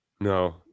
No